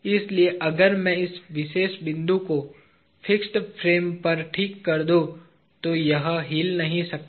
इसलिए अगर मैं इस विशेष बिंदु को फिक्स फ्रेम पर ठीक कर दूं तो यह हिल नहीं सकता